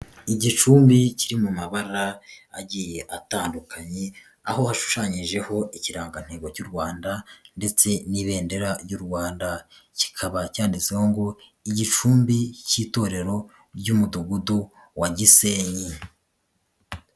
Igicumbi kiri mu mabara agiye atandukanye aho yashushanyijeho ikirangantego cy'u Rwanda ndetse n'ibendera ry'u Rwanda, kikaba cyanditseho ngo igicumbi k'itorero ry'umudugudu wa Gisenyi.